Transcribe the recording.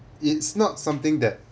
it's not something that